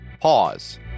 Pause